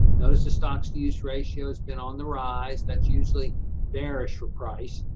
notice the stocks-to-use ratio has been on the rise, that's usually bearish for price.